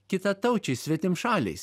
kitataučiais svetimšaliais